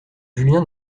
julien